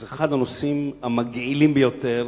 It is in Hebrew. זה אחד הנושאים המגעילים ביותר,